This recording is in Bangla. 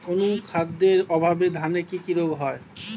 অনুখাদ্যের অভাবে ধানের কি কি রোগ হয়?